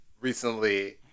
recently